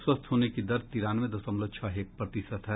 स्वस्थ होने की दर तिरानवे दशमलव छह एक प्रतिशत है